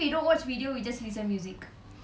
ya I think I should do that